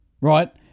right